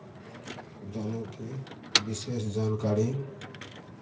दोनों की विशेष जानकारी